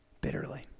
bitterly